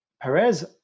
Perez